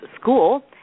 School